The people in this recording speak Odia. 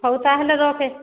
ହେଉ ତାହେଲେ ରଖେ